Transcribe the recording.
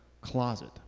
closet